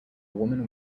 woman